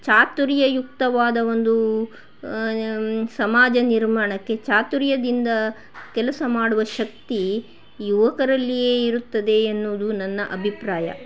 ಚಾತುರ್ಯ ಯುಕ್ತವಾದ ಒಂದು ಸಮಾಜ ನಿರ್ಮಾಣಕ್ಕೆ ಚಾತುರ್ಯದಿಂದ ಕೆಲಸ ಮಾಡುವ ಶಕ್ತಿ ಯುವಕರಲ್ಲಿಯೇ ಇರುತ್ತದೆ ಎನ್ನುವುದು ನನ್ನ ಅಭಿಪ್ರಾಯ